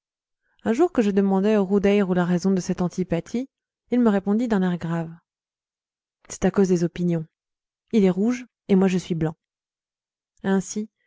un jour que je demandais au roudeïroù la raison de cette antipathie il me répondit d'un air grave c'est à cause des opinions il est rouge et moi je suis blanc ainsi